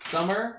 Summer